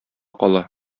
кала